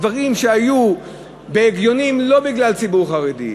דברים שהיו הגיוניים לא בגלל ציבור חרדי,